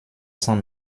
cent